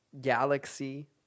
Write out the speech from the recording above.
galaxy